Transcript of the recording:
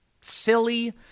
silly